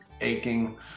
aching